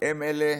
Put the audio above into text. שאתם אלה